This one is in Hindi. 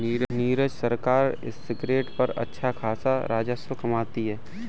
नीरज सरकार सिगरेट पर अच्छा खासा राजस्व कमाती है